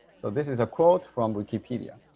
so this is a quote from wikipedia.